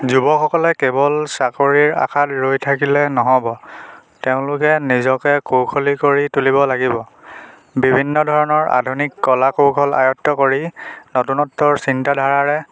যুৱকসকলে কেৱল চাকৰিৰ আশাত ৰৈ থাকিলে নহ'ব তেওঁলোকে নিজকে কৌশলী কৰি তুলিব লাগিব বিভিন্ন ধৰণৰ আধুনিক কলা কৌশল আয়ত্ত্ব কৰি নতুনত্বৰ চিন্তাধাৰাৰে